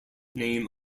name